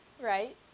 Right